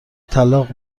طلاق